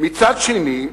מצד שני,